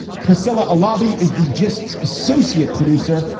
priscilla, a lobby is the justs associate producer.